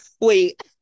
Wait